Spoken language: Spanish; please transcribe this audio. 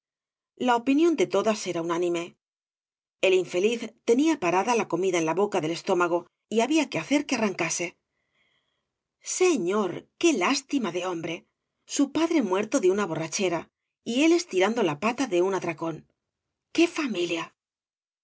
la opinión de todas era unánime el infeliz tenia parada la comida en la boca del estómago y había que hacer que arrancase señor qué lástima de hombre su padre muerto de una borrachera y él estirando la pata de un atracón qué familia